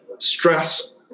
stress